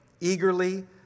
eagerly